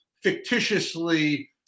fictitiously